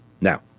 Now